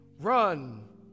run